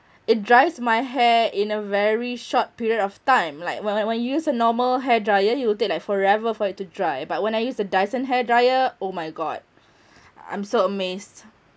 it dries my hair in a very short period of time like when I when I use a normal hair dryer it will take like forever for it to dry but when I use the dyson hair dryer oh my god I'm so amazed